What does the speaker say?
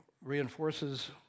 reinforces